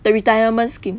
the retirement scheme